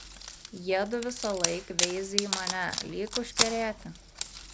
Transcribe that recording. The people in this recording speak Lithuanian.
jiedu visąlaik veizi į mane lyg užkerėti